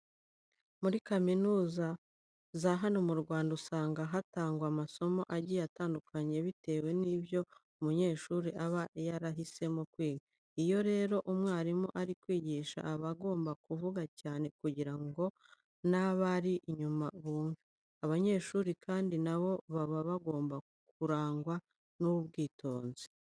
Muri kaminuza za hano mu Rwanda usanga hatangwa amasomo agiye atandukanye bitewe n'ibyo umunyeshuri aba yarahisemo kwiga. Iyo rero umwarimu ari kwigisha aba agomba kuvuga cyane kugira ngo n'abari inyuma bumve. Abanyeshuri kandi na bo baba bagomba kurangwa n'ubwitonzi.